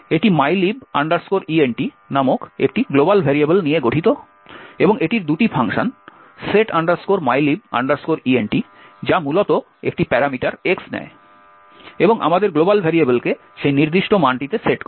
এটি mylib int নামক একটি গ্লোবাল ভেরিয়েবল নিয়ে গঠিত এবং এটির দুটি ফাংশন set mylib int যা মূলত একটি প্যারামিটার X নেয় এবং আমাদের গ্লোবাল ভেরিয়েবলকে সেই নির্দিষ্ট মানটিতে সেট করে